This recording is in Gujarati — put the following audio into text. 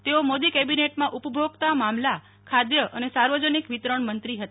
તેઓ મોદી કેબિનેટમાં ઉપભોક્તા મામલાખાદ્ય અને સાર્વજનિક વિતરણ મંત્રી હતા